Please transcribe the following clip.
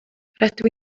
rydw